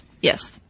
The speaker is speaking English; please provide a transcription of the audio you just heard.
Yes